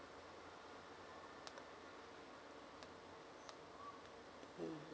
mm